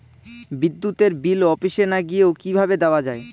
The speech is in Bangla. বিদ্যুতের বিল অফিসে না গিয়েও কিভাবে দেওয়া য়ায়?